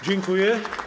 Dziękuję.